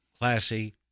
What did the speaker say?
classy